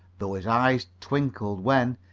though his eyes twinkled when,